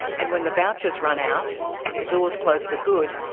and when the vouchers run out and the doors close for good,